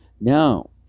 Now